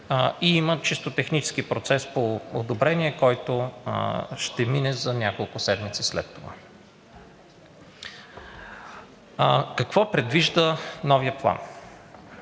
има чисто технически процес по одобрение, който ще мине за няколко седмици след това. Какво предвижда новият план?